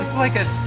like a